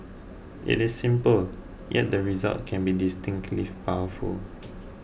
it is simple yet the results can be distinctly powerful